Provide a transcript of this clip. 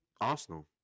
Arsenal